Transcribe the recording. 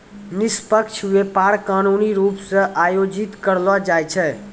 निष्पक्ष व्यापार कानूनी रूप से आयोजित करलो जाय छै